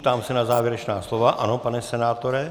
Ptám se na závěrečná slova ano, pane senátore.